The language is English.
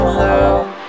love